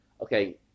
Okay